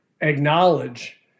acknowledge